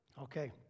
Okay